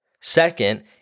Second